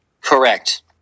Correct